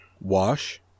wash